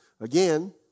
again